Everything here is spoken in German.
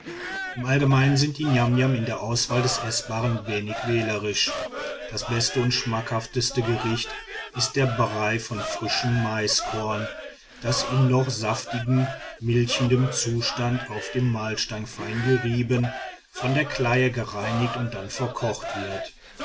im allgemeinen sind die niamniam in der auswahl des eßbaren wenig wählerisch das beste und schmackhafteste gericht ist der brei von frischem maiskorn das in noch saftigem milchendem zustand auf dem mahlstein fein gerieben von der kleie gereinigt und dann verkocht wird